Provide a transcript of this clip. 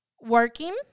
working